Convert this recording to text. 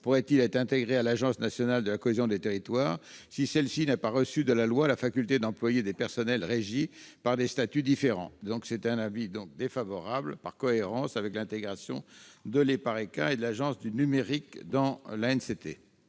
pourraient-ils être intégrés à l'agence nationale de la cohésion des territoires si celle-ci n'a pas reçu de la loi la faculté d'employer des personnels régis par des statuts différents ? L'avis est donc défavorable, par cohérence avec l'intégration de l'EPARECA et de l'Agence du numérique dans l'ANCT.